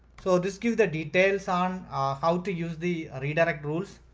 so this give the details on how to use the redirect rules,